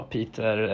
Peter